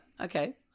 okay